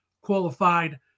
qualified